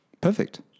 perfect